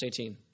18